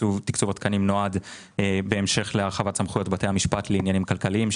תקצוב התקנים נועד בהמשך להרחבת סמכויות בתי המשפט לעניינים כלכליים.